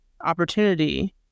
opportunity